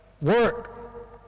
work